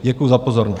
Děkuji za pozornost.